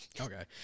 Okay